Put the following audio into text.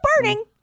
burning